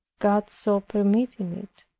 god so permitting it.